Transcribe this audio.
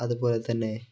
അതുപോലെ തന്നെ